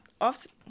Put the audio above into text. often